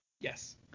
Yes